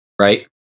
right